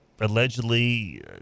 allegedly